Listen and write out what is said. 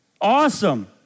Awesome